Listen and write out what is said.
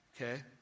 Okay